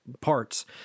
parts